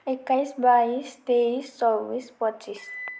एक्काइस बाइस तेइस चौबिस पच्चिस